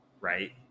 right